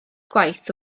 gwaith